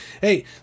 hey